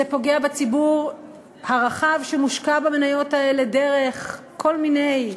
זה פוגע בציבור הרחב שמושקע במניות האלה דרך כל מיני,